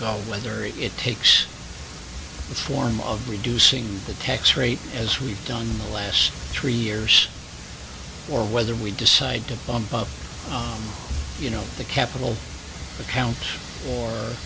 go whether it takes the form of reducing the tax rate as we've done in the last three years or whether we decide to pump up you know the capital accounts or